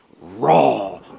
Raw